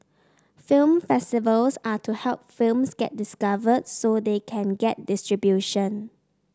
film festivals are to help films get discovered so they can get distribution